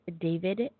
David